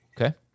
Okay